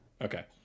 Okay